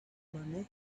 money